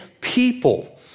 people